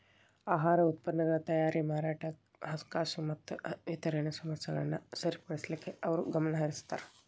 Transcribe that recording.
ಆಹಾರ ಉತ್ಪನ್ನಗಳ ತಯಾರಿ ಮಾರಾಟ ಹಣಕಾಸು ಮತ್ತ ವಿತರಣೆ ಸಮಸ್ಯೆಗಳನ್ನ ಸರಿಪಡಿಸಲಿಕ್ಕೆ ಅವರು ಗಮನಹರಿಸುತ್ತಾರ